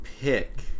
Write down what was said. pick